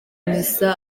misa